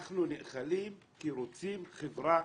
אנחנו נאכלים כי רוצים חברה